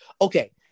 Okay